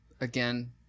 again